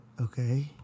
okay